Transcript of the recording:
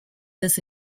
this